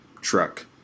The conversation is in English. truck